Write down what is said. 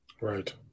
Right